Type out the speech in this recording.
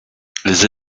les